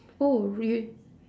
oh real~